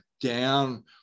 down